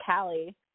Callie